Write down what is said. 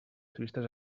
turistes